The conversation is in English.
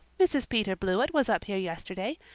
mrs. peter blewett was up here yesterday,